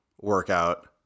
workout